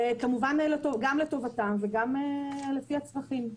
כמובן גם לטובתם וגם לפי הצרכים.